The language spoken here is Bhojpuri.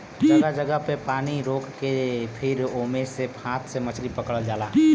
जगह जगह पे पानी रोक के फिर ओमे से हाथ से मछरी पकड़ल जाला